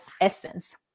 essence